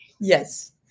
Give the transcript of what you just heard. Yes